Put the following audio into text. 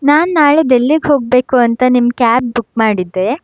ನಾನು ನಾಳೆ ಡೆಲ್ಲಿಗೆ ಹೋಗಬೇಕು ಅಂತ ನಿಮ್ಮ ಕ್ಯಾಬ್ ಬುಕ್ ಮಾಡಿದ್ದೆ